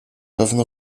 pewno